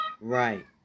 Right